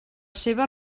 seva